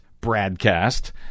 broadcast